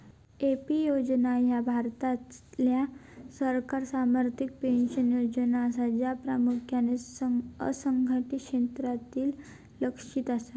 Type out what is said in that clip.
AP योजना ह्या भारतातल्या सरकार समर्थित पेन्शन योजना असा, ज्या प्रामुख्यान असंघटित क्षेत्रासाठी लक्ष्यित असा